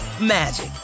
magic